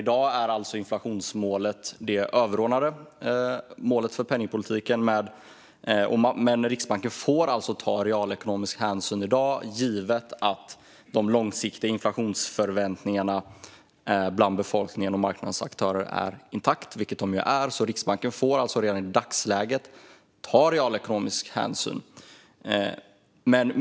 I dag är inflationsmålet det överordnade målet för penningpolitiken, men Riksbanken får ta realekonomisk hänsyn givet att de långsiktiga inflationsförväntningarna bland befolkning och marknadsaktörer är intakt, vilket de ju är. Riksbanken får alltså redan i dagsläget ta realekonomisk hänsyn.